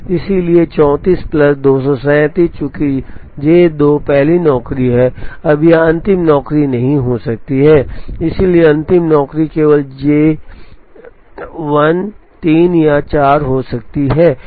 इसलिए 34 प्लस 237 चूंकि J 2 पहली नौकरी है अब यह अंतिम नौकरी नहीं हो सकती है इसलिए अंतिम नौकरी केवल 1 3 या 4 हो सकती है